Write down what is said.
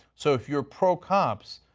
so if you are pro-cops,